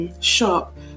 shop